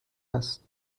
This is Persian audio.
است